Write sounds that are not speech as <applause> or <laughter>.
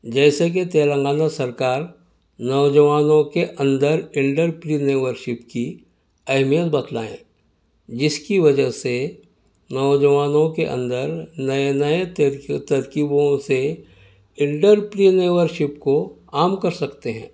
جیسے کہ تلنگانہ سرکار نوجوانوں کے اندر <unintelligible> کی اہمیت بتلائیں جس کی وجہ سے نوجوانوں کے اندر نئے نئے ترکی ترکیبوں سے <unintelligible> کو عام کرسکتے ہیں